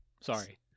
sorry